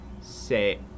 say